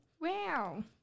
Wow